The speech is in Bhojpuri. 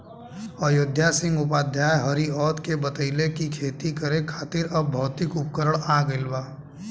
अयोध्या सिंह उपाध्याय हरिऔध के बतइले कि खेती करे खातिर अब भौतिक उपकरण आ गइल बा